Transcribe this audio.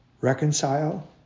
reconcile